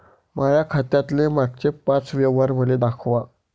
माया खात्यातले मागचे पाच व्यवहार मले दाखवा